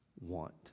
want